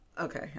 Okay